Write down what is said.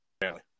family